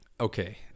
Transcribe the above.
Okay